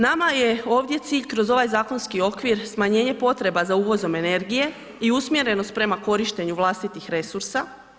Nama je ovdje cilj kroz ovaj zakonski okvir smanjenje potreba za uvozom energije i usmjerenost prema korištenju vlastitih resursa.